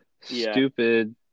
Stupid